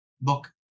book